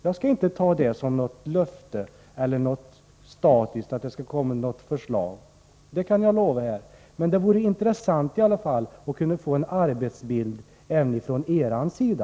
Jag skall inte ta det som något löfte eller som något statiskt, men det vore intressant att få en arbetsbild även från er sida.